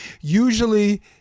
usually